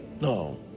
No